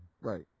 Right